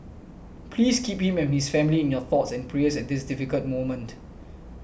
please keep him and his family in your thoughts and prayers this difficult moment